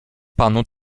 panu